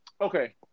okay